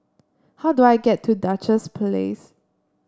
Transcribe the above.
how do I get to Duchess Place